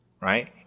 right